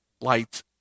lights